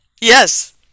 Yes